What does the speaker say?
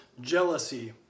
jealousy